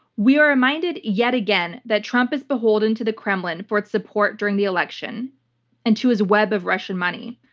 we are reminded yet again that trump is beholden to the kremlin for its support during the election and to his web of russian money.